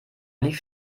lief